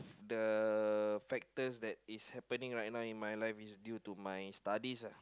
the factor that is happening right now is due to my studies uh